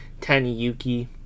Taniyuki